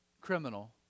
criminal